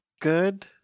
good